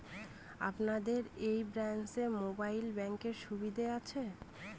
আপনাদের এই ব্রাঞ্চে মোবাইল ব্যাংকের সুবিধে আছে?